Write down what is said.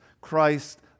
Christ